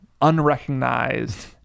unrecognized